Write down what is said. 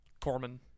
Corman